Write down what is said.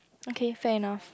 okay fair enough